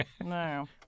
No